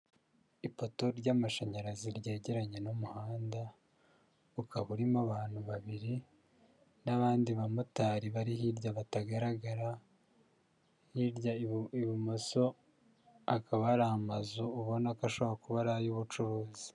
Ipoto ry'amashanyarazi ryegeranye n'umuhanda; ukaba urimo abantu babiri n'abandi bamotari bari hirya batagaragara; hirya ibumoso hakaba hari amazu ubona ko ashobora kuba ari ay'ubucuruzi.